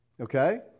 okay